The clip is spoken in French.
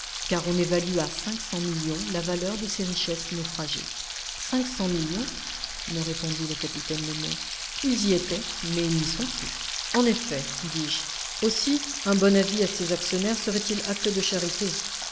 car on évalue à cinq cents millions la valeur de ces richesses naufragées cinq cents millions me répondit le capitaine nemo ils y étaient mais ils n'y sont plus en effet dis-je aussi un bon avis à ces actionnaires serait-il acte de charité